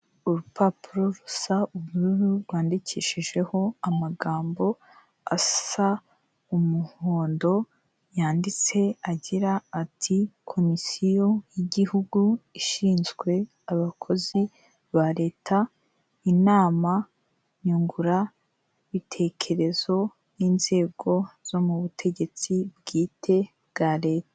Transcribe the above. Urupapuro rusa ubururu rwandikishijeho amagambo asa umuhondo, yanditse agira ati: "komisiyo y'igihugu ishinzwe abakozi ba Leta, inama nyungurabitekerezo y'inzego zo mu butegetsi bwite bwa leta".